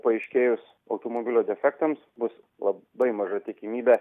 paaiškėjus automobilio defektams bus labai maža tikimybė